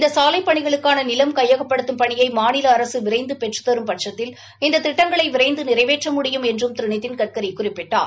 இந்த சாலைப் பணிகளுக்கான நிலம் கையகபப்படுத்தும் பணியை மாநில அரசு விரைந்து பெற்றுதரும் பட்சசத்தில் இந்த திட்டங்களை விரைந்து நிறைவேற்ற முடியும் என்றும் திரு நிதின்கட்கரி குறிப்பிட்டார்